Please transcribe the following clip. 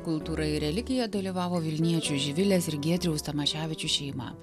kultūra ir religija dalyvavo vilniečių živilės ir giedriaus tamaševičių šeima